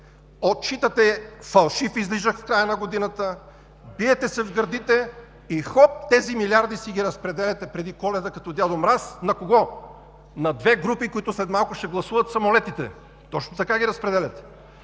Отчитате фалшив излишък в края на годината, биете се в гърдите и хоп – тези милиарди си ги разпределяте преди Коледа като Дядо Мраз, на кого – на две групи, които след малко ще гласуват самолетите! Точно така ги разпределяте.